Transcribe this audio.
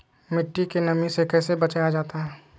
मट्टी के नमी से कैसे बचाया जाता हैं?